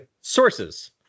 sources